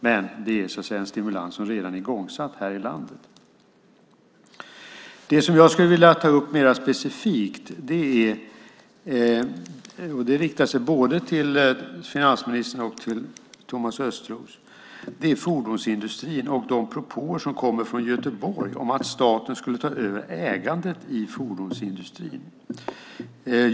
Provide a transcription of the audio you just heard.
Men det är en stimulans som så att säga redan är igångsatt här i landet. Det som jag skulle vilja ta upp mer specifikt, som riktar sig både till finansministern och till Thomas Östros, är fordonsindustrin och de propåer som kommer från Göteborg om att staten skulle ta över ägandet av fordonsindustrin.